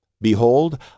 Behold